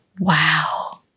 Wow